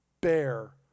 bear